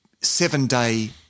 seven-day